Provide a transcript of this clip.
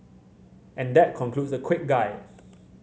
and that concludes the quick guide